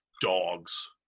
dogs